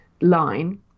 line